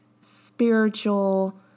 spiritual